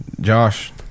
Josh